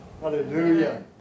Hallelujah